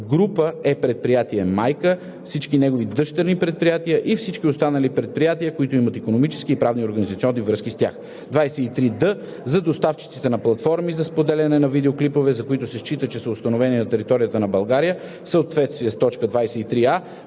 „Група“ е предприятие майка, всички негови дъщерни предприятия и всички останали предприятия, които имат икономически и правни организационни връзки с тях. 23д. За доставчиците на платформи за споделяне на видеоклипове, за които се счита, че са установени на територията на България в съответствие с т. 23а,